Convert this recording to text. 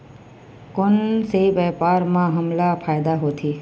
कोन से व्यापार म हमला फ़ायदा होथे?